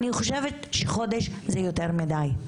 אני חושבת שחודש זה יותר מידי,